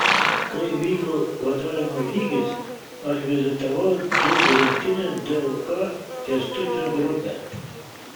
kai vyko vadavimo žygis aš vizitavau dzūkų rinktinės dlk kęstučio grupę